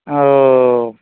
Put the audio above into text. ओ